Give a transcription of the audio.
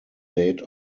date